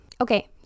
Okay